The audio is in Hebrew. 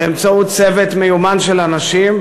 באמצעות צוות מיומן של אנשים,